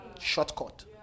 shortcut